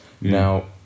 now